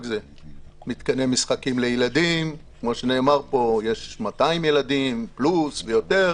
מתקני משחקים לילדים וכמו שנאמר כאן יש 200 ילדים ויותר